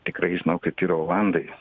tikrai žinau kad yra olandai